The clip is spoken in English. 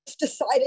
decided